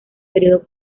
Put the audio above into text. período